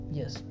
yes